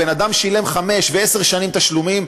בן אדם שילם חמש ועשר שנים תשלומים,